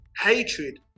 hatred